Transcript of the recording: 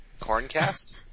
Corncast